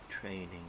training